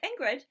Ingrid